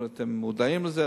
אבל אתם מודעים לזה,